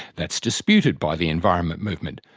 that's disputed by the environment movement,